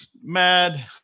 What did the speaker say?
mad